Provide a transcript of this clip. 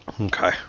Okay